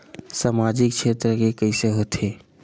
सामजिक क्षेत्र के कइसे होथे?